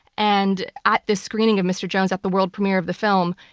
and at the screening of mr. jones at the world premiere of the film,